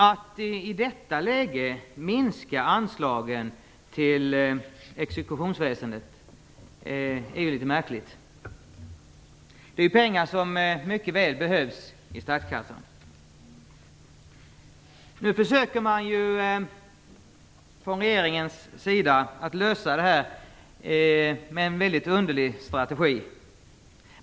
Att man i detta läge minskar anslagen till exekutionsväsendet är litet märkligt. Det är pengar som mycket väl behövs i statskassan. Nu försöker man från regeringens sida att lösa det här med en väldigt underlig strategi.